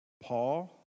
Paul